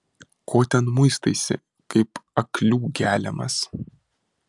ko ten muistaisi kaip aklių geliamas